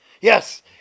Yes